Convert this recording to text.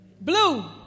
Blue